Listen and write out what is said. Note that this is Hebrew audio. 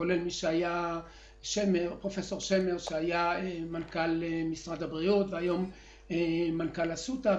כולל פרופ' שמר שהיה מנכ"ל משרד הבריאות והיום הוא מנכ"ל אסותא,